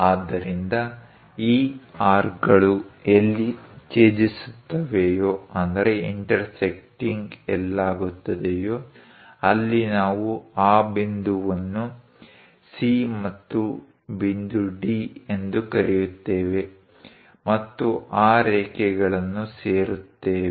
ಆದ್ದರಿಂದ ಈ ಆರ್ಕ್ಗಳು ಎಲ್ಲಿ ಛೇದಿಸುತ್ತವೆಯೋ ಅಲ್ಲಿ ನಾವು ಆ ಬಿಂದುವನ್ನು C ಮತ್ತು ಬಿಂದು D ಎಂದು ಕರೆಯುತ್ತೇವೆ ಮತ್ತು ಆ ರೇಖೆಗಳನ್ನು ಸೇರುತ್ತೇವೆ